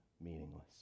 meaningless